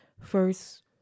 first